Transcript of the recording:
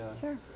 Sure